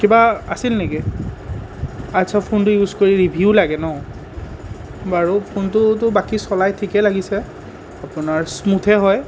কিবা আছিল নেকি আচ্ছা ফোনটো ইউজ কৰি ৰিভিউ লাগে ন বাৰু ফোনটোতো বাকী চলাই ঠিকে লাগিছে আপোনাৰ স্মুথে হয়